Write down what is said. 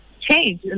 change